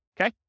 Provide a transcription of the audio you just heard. okay